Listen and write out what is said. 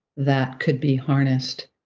that could be harnessed